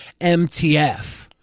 MTF